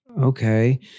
okay